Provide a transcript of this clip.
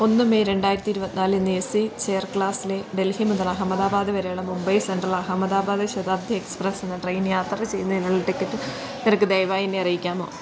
ഒന്ന് മെയ് രണ്ടായിരത്തി ഇരുപത്തിനാലിന് എ സി ചെയർ ക്ലാസിലെ ഡൽഹി മുതൽ അഹമ്മദാബാദ് വരെയുള്ള മുംബൈ സെൻട്രൽ അഹമ്മദാബാദ് ശതാബ്ദി എക്സ്പ്രസ്സ് എന്ന ട്രെയിനില് യാത്ര ചെയ്യുന്നതിനുള്ള ടിക്കറ്റ് നിരക്ക് ദയവായി എന്നെ അറിയിക്കാമോ